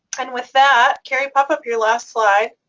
and with that, kerri, pop up your last slide.